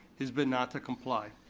has been not to comply,